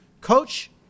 Coach